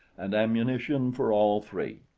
and ammunition for all three.